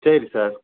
சரி சார்